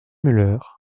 muller